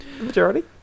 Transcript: majority